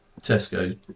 Tesco